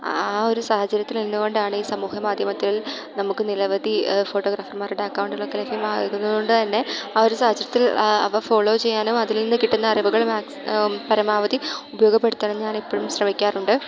ആ ഒരു സാഹചര്യത്തിൽ നിന്നുകൊണ്ടാണ് ഈ സമൂഹ മാധ്യമത്തിൽ നമുക്ക് നിരവധി ഫോട്ടോഗ്രാഫർമാരുടെ അക്കൗണ്ടുകളിലേക്ക് ഇരുന്നുകൊണ്ട് തന്നെ ആ ഒരു സാഹചര്യത്തിൽ അവ ഫോളോ ചെയ്യാനും അതിൽ നിന്ന് കിട്ടുന്ന അറിവുകൾ മാക്സ് പരമാവധി ഉപയോഗപ്പെടുത്താനും ഞാൻ എപ്പോഴും ശ്രമിക്കാറുണ്ട്